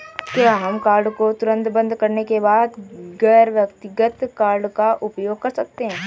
क्या हम कार्ड को तुरंत बंद करने के बाद गैर व्यक्तिगत कार्ड का उपयोग कर सकते हैं?